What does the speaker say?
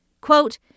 Quote